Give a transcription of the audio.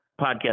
podcast